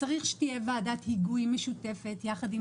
שצריך שתהיה ועדת היגוי משותפת ביחד עם